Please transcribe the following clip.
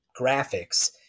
graphics